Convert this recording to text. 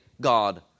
God